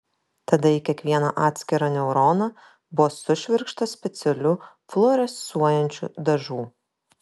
tada į kiekvieną atskirą neuroną buvo sušvirkšta specialių fluorescuojančių dažų